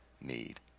need